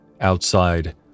outside